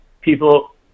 people